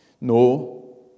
No